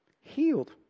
healed